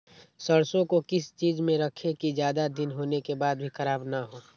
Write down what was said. सरसो को किस चीज में रखे की ज्यादा दिन होने के बाद भी ख़राब ना हो?